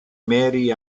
mary